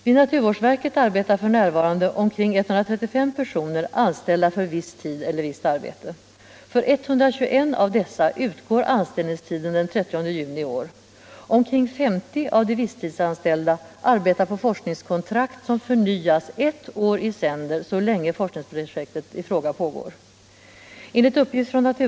Vid naturvårdsverket arbetar f. n. omkring 135 personer anställda för viss tid eller visst arbete. För 121 av dessa utgår anställningstiden den 30 juni i år. Omkring 50 av de visstidsanställda arbetar på forskningskontrakt som förnyas ett år i sänder så länge forskningsprojektet i fråga pågår.